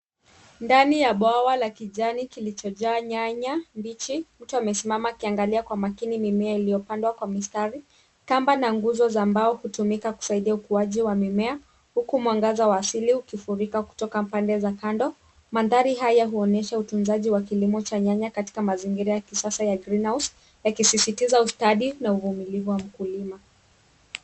Ndani ya bwawa la kijani kilichojaa nyanya mbichi. Mtu amesimama akiangalia kwa makini mimea iliyopandwa kwa mistari. Kamba na nguzo za mbao hutumika kusaidia ukuaji wa mimea huku mwangaza wa asili kufurika kutoka pande za kando. Mandhari haya huonyesha utunzaji wa kilimo cha nyanya katika mazingira ya kisasa ya green house yakisisitiza ustadi na uvumilivu wa mkulima.